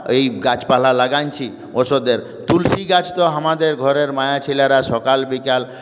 এই গাছপালা লাগিয়েছি ওষুধের তুলসি গাছ তো আমাদের ঘরের মেয়েছেলেরা সকাল বিকাল